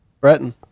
Breton